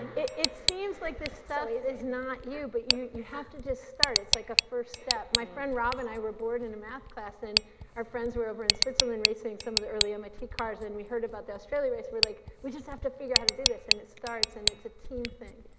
it it seems like this stuff is is not you, but you you have to just start. it's like a first step. my friend robin and i were bored in a math class and and our friends were over in switzerland racing some of the early mit cars and we heard about the australia race, we were like, we just have to figure out to do this and it starts and it's a team thing.